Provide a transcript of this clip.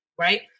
Right